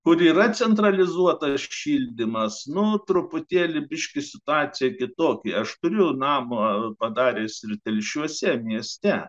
kur yra centralizuotas šildymas nors truputėlį biškį situacija kitokia aš turiu namą padaręs ir telšiuose mieste